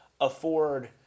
afford